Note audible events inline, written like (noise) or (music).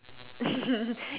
(laughs)